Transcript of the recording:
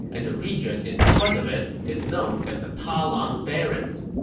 and the region in front of it is known as the talang barrens.